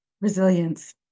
Resilience